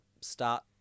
start